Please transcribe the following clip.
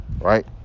right